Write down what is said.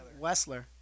Wessler